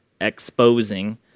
exposing